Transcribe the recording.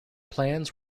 plans